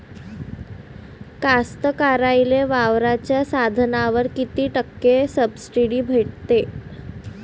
कास्तकाराइले वावराच्या साधनावर कीती टक्के सब्सिडी भेटते?